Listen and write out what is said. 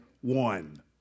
one